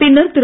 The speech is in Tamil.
பின்னர் திரு